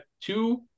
two